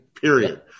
period